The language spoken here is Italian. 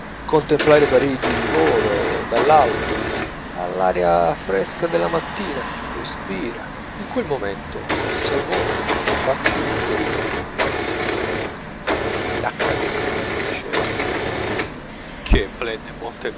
contemplare parigi di volo dall'alto all'aria fresca della mattina lo ispira in quel momento colsi a volo una frase di vittor hugo che mi rimase impressa lacadémie diceva qui est